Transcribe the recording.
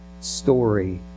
story